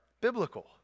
biblical